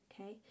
Okay